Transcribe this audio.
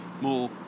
more